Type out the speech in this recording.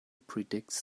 predicts